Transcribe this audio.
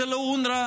זה לא אונר"א,